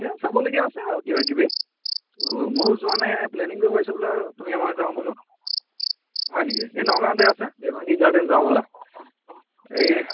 এ চাবিলগীয়া আছে আৰু কিবা কিবি ময়ো যোৱা নাই প্লেনিংটো কৰিছো আৰু তুমিয়ে মইয়ে যাওঁ বোলো হয় নেকি এই নগাঁওতে আছে দেবাংগী গাৰ্ডেন যাওঁ ব'লা এই